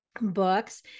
books